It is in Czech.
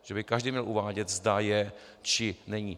Že by každý měl uvádět, zda je, či není.